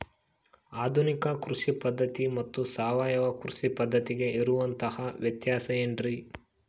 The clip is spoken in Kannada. ಆಧುನಿಕ ಕೃಷಿ ಪದ್ಧತಿ ಮತ್ತು ಸಾವಯವ ಕೃಷಿ ಪದ್ಧತಿಗೆ ಇರುವಂತಂಹ ವ್ಯತ್ಯಾಸ ಏನ್ರಿ?